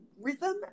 rhythm